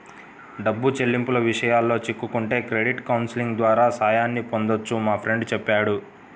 డబ్బు చెల్లింపుల విషయాల్లో చిక్కుకుంటే క్రెడిట్ కౌన్సిలింగ్ ద్వారా సాయాన్ని పొందొచ్చని మా ఫ్రెండు చెప్పాడు